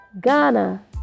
Ghana